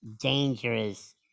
dangerous